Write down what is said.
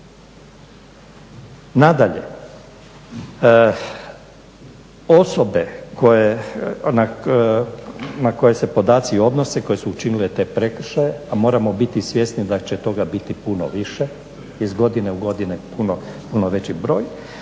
Nadalje, osobe na koje se podaci odnose koje su učinile te prekršaje, a moramo biti svjesni da će toga biti puno više, iz godine u godinu puno veći broj,